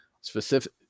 specific